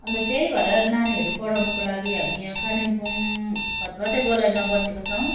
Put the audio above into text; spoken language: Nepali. अन्त त्यही भएर नानीहरू पढाउनुको लागि हामी यहाँ कालिम्पोङ फतफते गोलाइमा बसेको छौँ